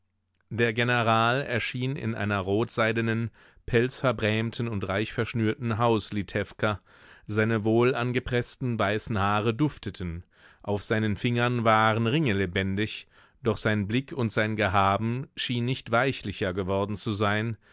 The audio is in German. der general erschien in einer rotseidenen pelzverbrämten und reichverschnürten haus litewka seine wohlangepreßten weißen haare dufteten auf seinen fingern waren ringe lebendig doch sein blick und sein gehaben schien nicht weichlicher geworden zu sein